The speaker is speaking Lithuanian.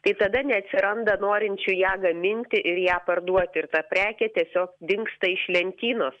tai tada neatsiranda norinčių ją gaminti ir ją parduoti ir ta prekė tiesiog dingsta iš lentynos